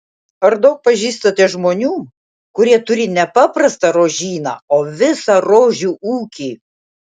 ar daug pažįstate žmonių kurie turi ne paprastą rožyną o visą rožių ūkį